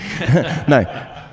no